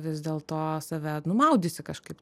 vis dėl to save numaudysi kažkaip